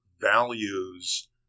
values